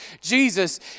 Jesus